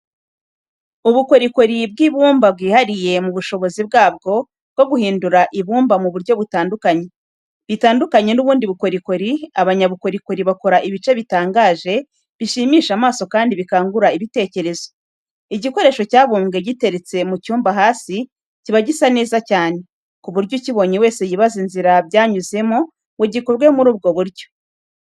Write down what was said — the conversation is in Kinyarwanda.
Ubukorikori bw'ibumba bwihariye mu bushobozi bwabwo bwo guhindura ibumba mu buryo butandukanye. Bitandukanye n'ubundi bukorikori, abanyabukorikori bakora ibice bitangaje bishimisha amaso kandi bikangura ibitekerezo. Igikoresho cyabumbwe giteretse mu cyumba hasi kiba gisa neza cyane, ku buryo ukibonye wese yibaza inzira byanyuzemo ngo gikorwe muri ubwo buryo.